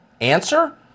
Answer